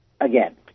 again